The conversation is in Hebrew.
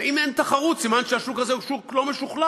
ואם אין תחרות, סימן שהשוק הזה הוא שוק לא משוכלל.